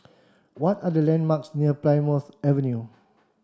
what are the landmarks near Plymouth Avenue